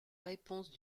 réponse